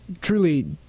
truly